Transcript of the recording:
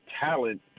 talent